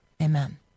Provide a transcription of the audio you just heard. Amen